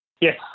Yes